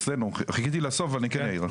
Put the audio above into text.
חיכיתי לסוף אבל אני כן אעיר.